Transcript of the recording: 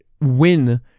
win